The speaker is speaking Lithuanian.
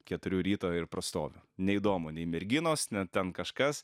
keturių ryto ir prastoviu neįdomu nei merginos ne ten kažkas